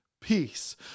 peace